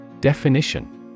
Definition